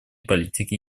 политики